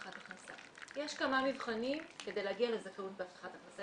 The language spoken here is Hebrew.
יש כמה מבחנים כדי להגיע לזכאות בהבטחת הכנסה.